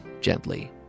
gently